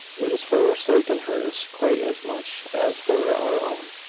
it is for your sake and hers, quite as much as for our own,